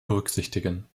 berücksichtigen